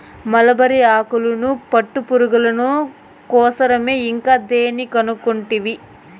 mulberry ఆకులు పట్టుపురుగుల కోసరమే ఇంకా దేని కనుకుంటివి